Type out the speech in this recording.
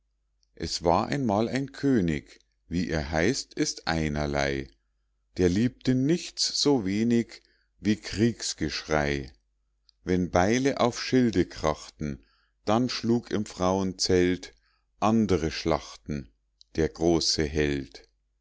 es war einmal ein könig wie er heißt ist einerlei der liebte nichts so wenig wie kriegsgeschrei wenn beile auf schilde krachten dann schlug im frauenzelt andere schlachten der große held